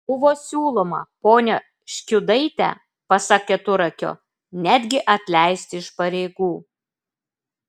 buvo siūloma ponią škiudaitę pasak keturakio netgi atleisti iš pareigų